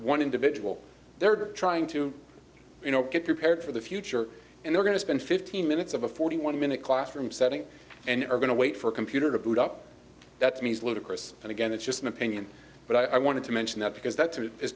one individual they're trying to you know get prepared for the future and they're going to spend fifteen minutes of a forty one minute classroom setting and are going to wait for a computer to boot up that to me is ludicrous and again it's just an opinion but i wanted to mention that because that